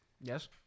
Yes